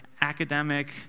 academic